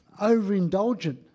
overindulgent